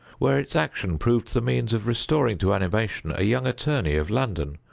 where its action proved the means of restoring to animation a young attorney of london,